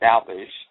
established